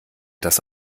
das